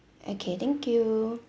okay thank you